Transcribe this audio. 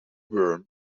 worm